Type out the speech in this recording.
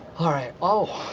ah right. oh!